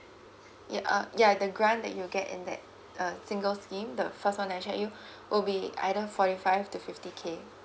ya ya the grant that you get in that uh singles scheme the first one I check you will be either forty five to fifty K